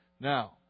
Now